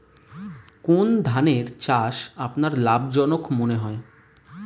কোন ধানের চাষ আপনার লাভজনক মনে হয়?